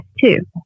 two